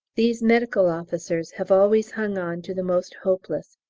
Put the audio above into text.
these medical officers have always hung on to the most hopeless,